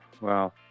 Wow